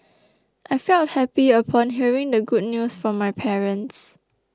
I felt happy upon hearing the good news from my parents